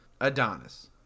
Adonis